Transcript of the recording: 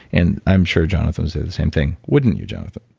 and i'm sure jonathan said the same thing wouldn't you, jonathan?